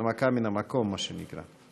הנמקה מן המקום, מה שנקרא.